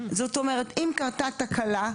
זאת אומרת אם קרתה תקלה,